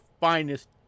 finest